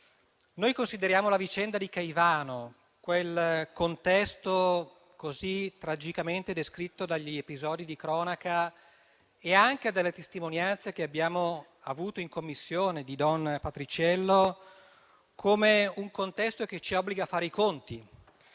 Noi consideriamo la vicenda di Caivano, quel contesto così tragicamente descritto dagli episodi di cronaca e anche dalle testimonianze, che abbiamo ascoltato in Commissione, di don Patriciello, come un contesto che ci obbliga a fare i conti